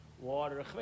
water